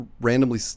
randomly